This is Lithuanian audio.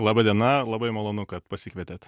laba diena labai malonu kad pasikvietėt